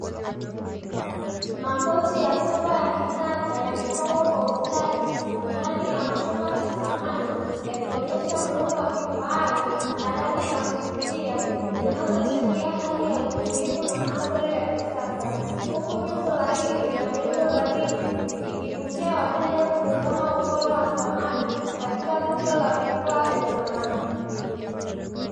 Makochi ya sofa ya kisasa yamepangwa kwa ustadi ndani ya chumba cha samani; yakionyesha muundo wa kifahari na rangi za kuvutia zinazochangia hali ya utulivu na mandhari ya kisasa, huku nyuso laini na miundo dhabiti ikivutia wateja kutazama ubora wa samani katika duka la vifaa vya samani.